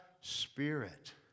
Spirit